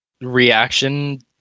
reaction